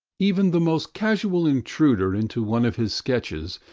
even the most casual intruder into one of his sketches,